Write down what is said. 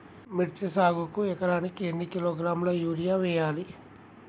మిర్చి సాగుకు ఎకరానికి ఎన్ని కిలోగ్రాముల యూరియా వేయాలి?